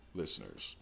listeners